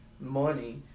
money